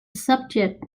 subject